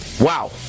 Wow